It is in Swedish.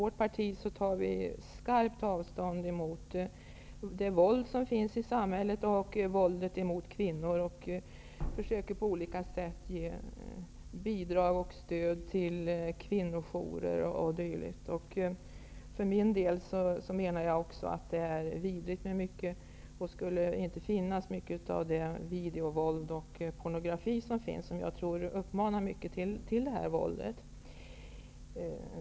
Vårt parti tar skarpt avstånd från det våld som finns i samhället, våldet mot kvinnor, och försöker på olika sätt ge bidrag och stöd till kvinnojourer o.d. För min del menar jag att mycket av det videovåld och den pornografi som finns i samhället är vidrigt och uppmanar till våld.